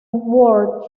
world